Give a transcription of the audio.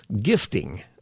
Gifting